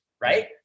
right